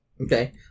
Okay